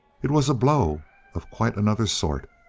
it was a blow of quite another sort.